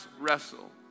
wrestle